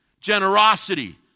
generosity